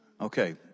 Okay